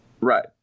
Right